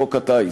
בחוק הטיס,